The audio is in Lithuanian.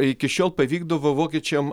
iki šiol pavykdavo vokiečiam